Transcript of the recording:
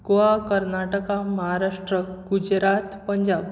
Goa Karnataka Maharashtra Gujarat Punjab